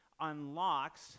unlocks